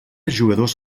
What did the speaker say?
jugadors